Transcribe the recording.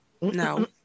No